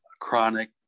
chronic